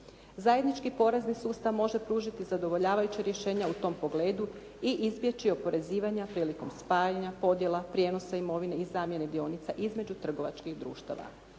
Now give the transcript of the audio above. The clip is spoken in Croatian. Zajednički porezni sustav može pružiti zadovoljavajuće rješenje u tom pogledu i izbjeći oporezivanja prilikom spajanja, podjela, prijenosa imovine i zamjene dionica između trgovačkih društava.